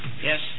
Yes